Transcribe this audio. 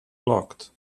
blocked